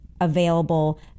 available